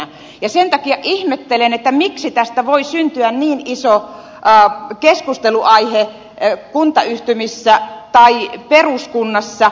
sen takia ihmettelen miksi tästä voi syntyä niin iso keskusteluaihe kuntayhtymissä tai peruskunnassa